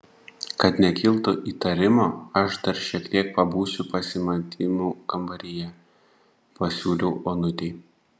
kad nekiltų įtarimo aš dar šiek tiek pabūsiu pasimatymų kambaryje pasiūliau onutei